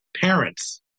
parents